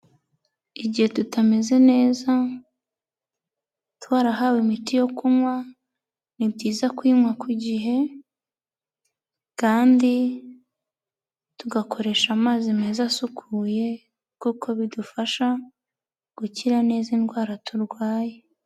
Igihe tutameze neza twarahawe imiti yo kunywa, ni byiza kunyinywa ku gihe, kandi tugakoresha amazi meza asukuye, kuko bidufasha gukira neza indwara turwaye.